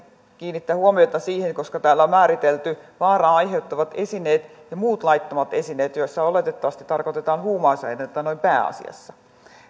kiinnittää huomiota siihen kun täällä on määritelty vaaraa aiheuttavat esineet ja muut laittomat esineet joilla oletettavasti tarkoitetaan huumausaineita noin pääasiassa